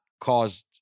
caused